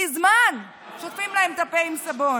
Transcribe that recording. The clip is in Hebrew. מזמן שוטפים להם את הפה עם סבון.